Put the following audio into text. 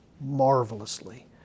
marvelously